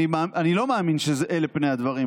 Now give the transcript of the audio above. אני לא מאמין שאלה פני הדברים,